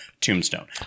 Tombstone